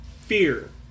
Fear